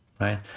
right